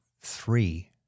three